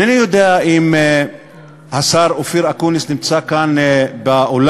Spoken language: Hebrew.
אינני יודע אם השר אופיר אקוניס נמצא כאן באולם,